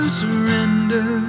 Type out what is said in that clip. surrender